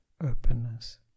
openness